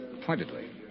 pointedly